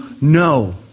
No